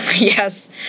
Yes